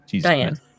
Diane